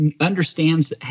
understands